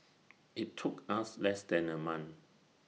IT took us less than A month